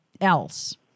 else